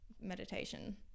meditation